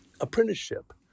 apprenticeship